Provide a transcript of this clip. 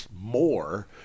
more